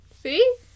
see